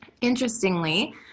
interestingly